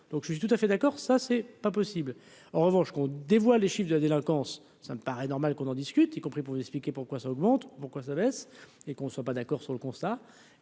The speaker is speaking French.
donc je suis tout à fait d'accord ça c'est pas possible, en revanche, qu'on dévoile les chiffres de la délinquance, ça me paraît normal qu'on en discute, y compris pour vous expliquer pourquoi ça augmente, pourquoi ça baisse et qu'on ne soit pas d'accord sur le constat